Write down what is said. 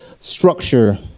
structure